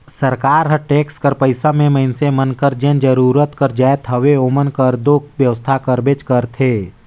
सरकार हर टेक्स कर पइसा में मइनसे मन कर जेन जरूरत कर जाएत हवे ओमन कर दो बेवसथा करबेच करथे